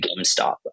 GameStop